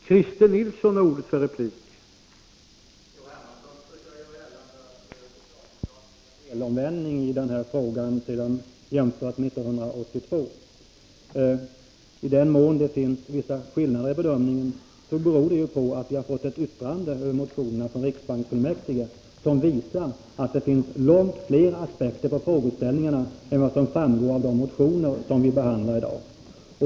Herr talman! Carl-Henrik Hermansson försöker göra gällande att socialdemokraterna har gjort en helomvändning i den här frågan sedan år 1982. I den mån det förekommer vissa skillnader i våra bedömningar nu jämfört med år 1982, så beror det på att vi har fått ett yttrande över motionerna från riksbanksfullmäktige som visar att det finns långt fler aspekter på frågeställningarna än som framgår av innehållet i de motioner som vi behandlar i dag.